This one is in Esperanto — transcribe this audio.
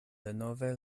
denove